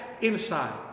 inside